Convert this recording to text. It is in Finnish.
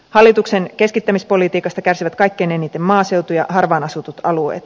hallituksen keskittämispolitiikasta kärsivät kaikkein eniten maaseutu ja harvaan asutut alueet